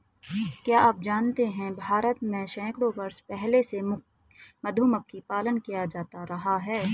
क्या आप जानते है भारत में सैकड़ों वर्ष पहले से मधुमक्खी पालन किया जाता रहा है?